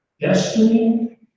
destiny